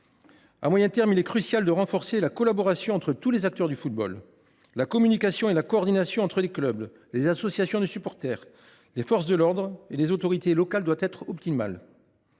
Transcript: À moyen terme, il est crucial de renforcer la collaboration entre tous les acteurs du football. La communication et la coordination entre les clubs, les associations de supporters, les forces de l’ordre et les autorités locales doivent être optimales.